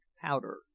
powder